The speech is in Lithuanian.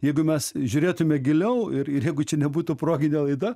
jeigu mes žiūrėtume giliau ir jeigu čia nebūtų proginė laida